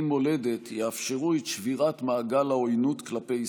מולדת יאפשרו את שבירת מעגל העוינות כלפי ישראל.